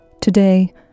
Today